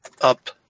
up